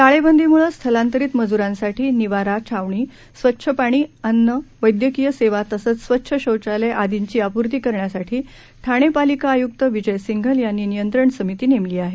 टाळेबंदी मुळे स्थलांतरित मजुरांसाठी निवारा छावणी स्वच्छ पाणी अन्न वैद्यकीय सेवा तसंच स्वच्छ शौचालय आदींची आपूर्ती करण्यासाठी ठाणे पालिका आयुक्त विजय सिंघल यांनी नियंत्रण समिती नेमली आहे